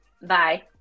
Bye